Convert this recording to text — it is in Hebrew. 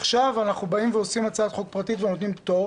עכשיו אנחנו עושים הצעת חוק פרטית ונותנים פטור.